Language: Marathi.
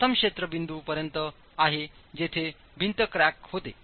प्रथम क्षेत्र बिंदू पर्यंत आहे जिथे भिंत क्रॅक होते